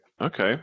Okay